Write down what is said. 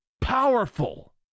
powerful